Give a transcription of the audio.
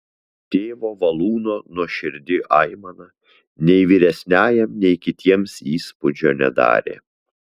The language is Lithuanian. tėvo valūno nuoširdi aimana nei vyresniajam nei kitiems įspūdžio nedarė